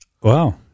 Wow